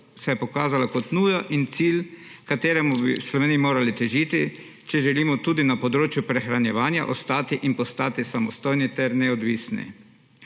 epidemije pokazala kot nuja in cilj, h kateremu bi v Sloveniji morali težiti, če želimo tudi na področju prehranjevanja ostati in postati samostojni ter neodvisni.